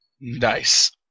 Nice